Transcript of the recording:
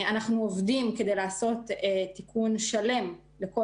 אנחנו עובדים כדי לעשות תיקון שלם בכל